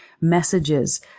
messages